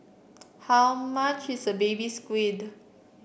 how much is a Baby Squid